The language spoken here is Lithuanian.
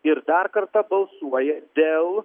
ir dar kartą balsuoja dėl